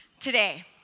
today